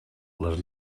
les